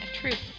truth